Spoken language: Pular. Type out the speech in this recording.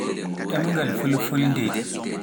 ɗemgal Fulfulde